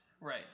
right